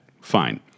Fine